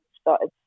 started